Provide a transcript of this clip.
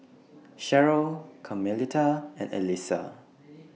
Cherryl Carmelita and Elyssa